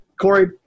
Corey